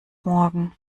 morgen